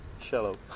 shallow